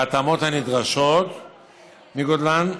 בהתאמות הנדרשות מגודלן,